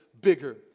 bigger